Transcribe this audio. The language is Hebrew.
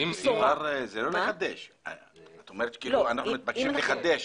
זה לא לחדש, את אומרת כאילו אנחנו מתבקשים לחדש.